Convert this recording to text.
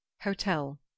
Hotel